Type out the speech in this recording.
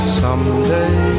someday